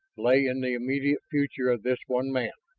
lay in the immediate future of this one man.